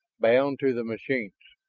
bound to the machines.